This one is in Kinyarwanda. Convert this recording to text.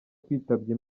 twitabye